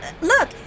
Look